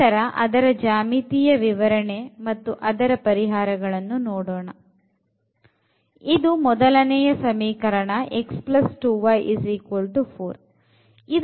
ನಂತರ ಅದರ ಜ್ಯಾಮಿತೀಯ ವಿವರಣೆ ಮತ್ತು ಅದರ ಪರಿಹಾರಗಳನ್ನು ನೋಡೋಣ ಇದು ಮೊದಲನೆಯ ಸಮೀಕರಣ x2y4